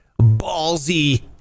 ballsy